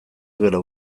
duela